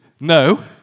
No